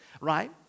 right